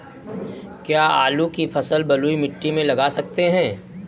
क्या आलू की फसल बलुई मिट्टी में लगा सकते हैं?